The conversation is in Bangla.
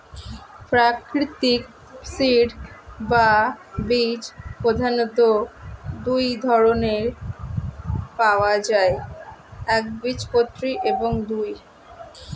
প্রাকৃতিক সিড বা বীজ প্রধানত দুই ধরনের পাওয়া যায় একবীজপত্রী এবং দুই